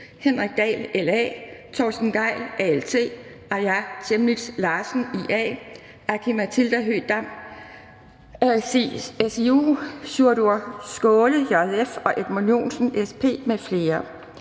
Henrik Dahl (LA), Torsten Gejl (ALT), Aaja Chemnitz Larsen (IA), Aki-Matilda Høegh-Dam (SIU), Sjúrður Skaale (JF) og Edmund Joensen (SP) m.fl.